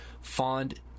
fond